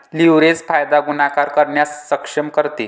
leverage फायदा गुणाकार करण्यास सक्षम करते